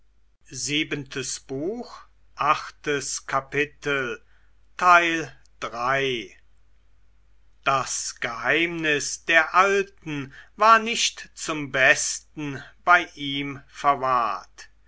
das geheimnis der alten war nicht zum besten bei ihm verwahrt